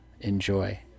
enjoy